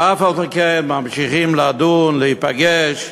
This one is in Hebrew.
ואף-על-פי-כן ממשיכים לדון, להיפגש,